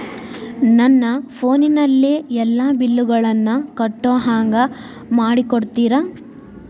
ನನ್ನ ಫೋನಿನಲ್ಲೇ ಎಲ್ಲಾ ಬಿಲ್ಲುಗಳನ್ನೂ ಕಟ್ಟೋ ಹಂಗ ಮಾಡಿಕೊಡ್ತೇರಾ?